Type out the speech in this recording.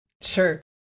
sure